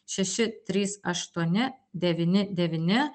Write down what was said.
šeši trys aštuoni devyni devyni